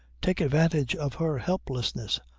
take advantage of her helplessness.